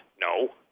No